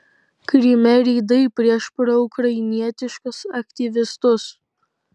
kryme reidai prieš proukrainietiškus aktyvistus